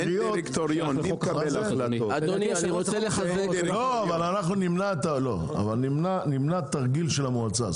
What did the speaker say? אנחנו נמנע תרגיל של המועצה.